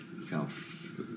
self